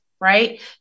right